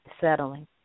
settling